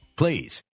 please